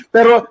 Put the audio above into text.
Pero